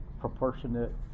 proportionate